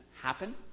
happen